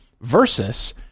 Versus